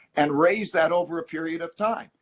and raise that over a period of time.